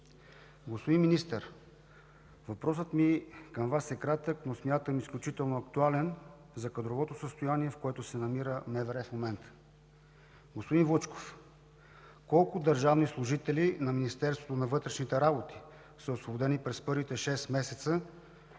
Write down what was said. Господин Министър, въпросът ми към Вас е кратък, но смятам, изключително актуален за кадровото състояние, в което се намира МВР в момента. Господин Вучков, колко държавни служители на Министерството на вътрешните работи са освободени през първите шест месеца